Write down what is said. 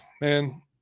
man